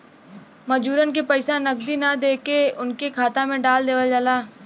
मजूरन के पइसा नगदी ना देके उनके खाता में डाल देवल जाला